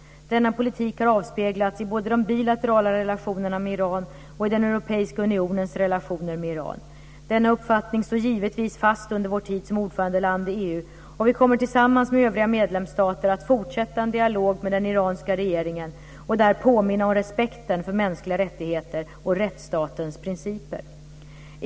Denna politik har avspeglats i både de bilaterala relationerna med Iran och i Europeiska unionens relationer med Iran. Denna uppfattning står givetvis fast under vår tid som ordförandeland i EU, och vi kommer att tillsammans med övriga medlemsstater att fortsätta en dialog med den iranska regeringen och där påminna om respekten för mänskliga rättigheter och rättsstatens principer.